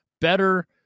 better